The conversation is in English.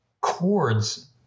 chords